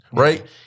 right